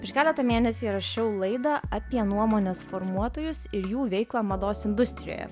prieš keletą mėnesių įrašiau laidą apie nuomonės formuotojus ir jų veiklą mados industrijoje